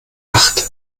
acht